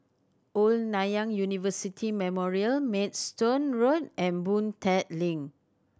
Old Nanyang University Memorial Maidstone Road and Boon Tat Link